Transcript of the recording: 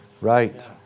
Right